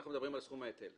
אנחנו מדברים על סכום ההיטל.